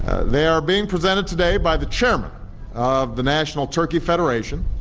they are being presented today by the chairman of the national turkey federation,